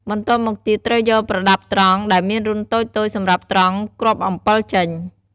បន្ទាប់មកទៀតត្រូវយកប្រដាប់ត្រង់ដែរមានរន្ធតូចៗសម្រាប់ត្រង់គ្រាប់អំពិល ចេញ។